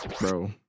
Bro